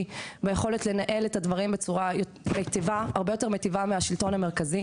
ביכולת לנהל את הדברים בצורה הרבה יותר מטיבה מהשלטון המרכזי.